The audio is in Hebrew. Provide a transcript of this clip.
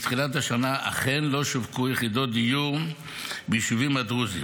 מתחילת השנה אכן לא שווקו יחידות דיור ביישובים הדרוזיים,